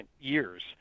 years